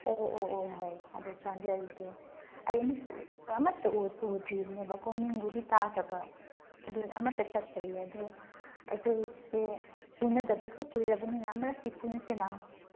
ꯑꯣ ꯑꯣ ꯑꯣ ꯍꯣꯏ ꯑꯗꯣ ꯆꯥꯟꯗꯦꯜꯒꯤꯗꯨ ꯑꯩ ꯑꯃꯨꯛꯇ ꯑꯃꯠꯇ ꯎꯗ꯭ꯔꯤꯕꯅꯦꯕꯀꯣ ꯃꯤꯡꯕꯨꯗꯤ ꯇꯥꯈ꯭ꯔꯕ ꯑꯗꯨ ꯑꯃꯠꯇ ꯆꯠꯇ꯭ꯔꯤꯌꯦ ꯑꯗꯨ ꯑꯩꯈꯣꯏꯁꯦ ꯎꯅꯗꯕꯁꯨ ꯀꯨꯏꯔꯕꯅꯤꯅ ꯑꯃꯨꯔꯛꯇꯤ ꯄꯨꯟꯁꯤꯅ